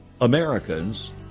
americans